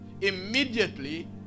immediately